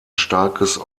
starkes